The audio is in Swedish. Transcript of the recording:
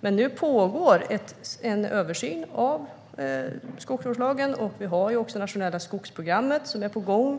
Nu pågår en översyn av skogsvårdslagen, och det nationella skogsprogrammet är på gång.